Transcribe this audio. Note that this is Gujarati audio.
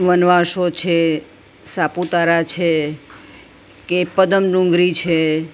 વનવાસો છે સાપુતારા છે કે પદમ ડુંગરી છે